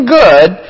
good